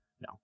no